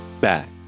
back